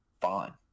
Fine